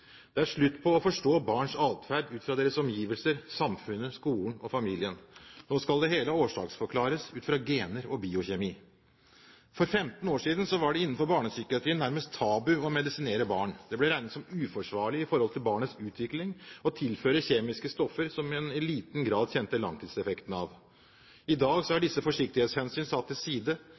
Det er slutt på å forstå barns atferd ut fra deres omgivelser, samfunnet, skolen og familien. Nå skal det hele årsaksforklares ut fra gener og biokjemi. For 15 år siden var det innenfor barnepsykiatrien nærmest tabu å medisinere barn. Det ble regnet som uforsvarlig i forhold til barnets utvikling å tilføre kjemiske stoffer som en i liten grad kjente langtidseffektene av. I dag er disse forsiktighetshensyn satt til side.